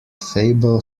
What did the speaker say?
fable